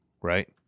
right